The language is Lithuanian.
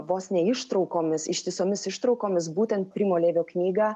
vos ne ištraukomis ištisomis ištraukomis būtent primo levio knygą